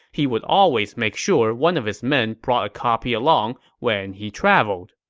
he would always make sure one of his men brought a copy along when he traveled.